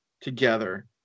together